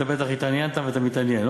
בטח התעניינת ואתה מתעניין.